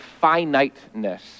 finiteness